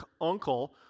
uncle